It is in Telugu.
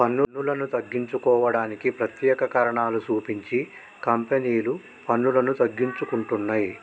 పన్నులను తగ్గించుకోవడానికి ప్రత్యేక కారణాలు సూపించి కంపెనీలు పన్నులను తగ్గించుకుంటున్నయ్